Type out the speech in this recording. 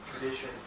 tradition